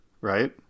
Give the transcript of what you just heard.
Right